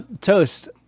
Toast